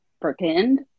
pretend